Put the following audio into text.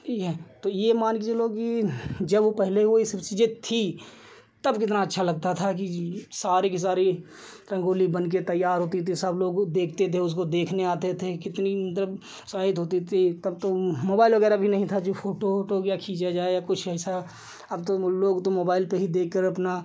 यह है तो यह मानकर चलो कि जब पहले वह यह सब चीज़ें थीं तब कितना अच्छा लगता था कि सारी की सारी रंगोली बनकर तैयार होती थी सब लोग देखते थे उसको देखने आते थे कितनी मतलब उत्साह होता था तब तो मोबाइल वग़ैरह भी नहीं था जो फ़ोटो उटो खींचा जाए या कुछ ऐसा अब तो लोग तो मोबाइल पर ही देखकर अपना